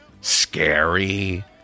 scary